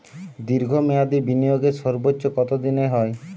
দীর্ঘ মেয়াদি বিনিয়োগের সর্বোচ্চ কত দিনের হয়?